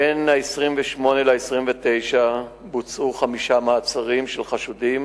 בין 28 ל-29 בחודש בוצעו חמישה מעצרים של חשודים